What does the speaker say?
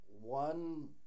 one